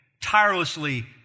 tirelessly